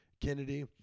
Kennedy